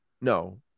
No